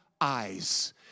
eyes